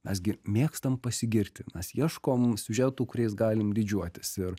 mes gi mėgstam pasigirti mes ieškom siužetų kuriais galim didžiuotis ir